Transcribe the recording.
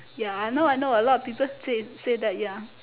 ya I know I know a lot people said said that ya